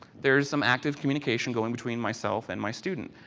there is some active communication going between myself and my student.